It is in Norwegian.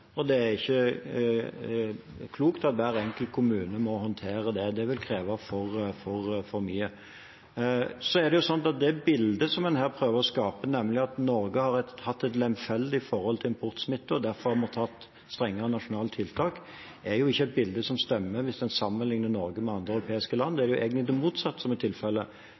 og det er ikke klokt at hver enkelt kommune må håndtere det. Det vil kreve for mye. Det bildet man prøver å skape av at Norge har hatt et lemfeldig forhold til importsmitte og derfor må innføre strengere nasjonale tiltak, er ikke et bilde som stemmer hvis man sammenlikner Norge med andre europeiske land. Det er egentlig det motsatte som er tilfellet.